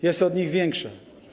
Jest od nich większa.